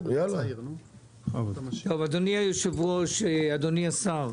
אדוני היושב-ראש, אדוני השר,